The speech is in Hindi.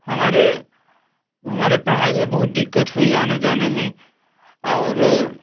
हमारे हमारे पढ़ाई में बहुत दिक़्क़त हुई आने जाने में और